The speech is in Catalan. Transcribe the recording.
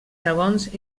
segons